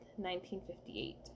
1958